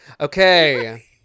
Okay